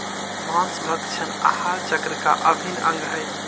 माँसभक्षण आहार चक्र का अभिन्न अंग हई